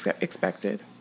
expected